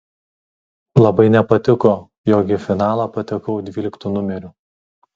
labai nepatiko jog į finalą patekau dvyliktu numeriu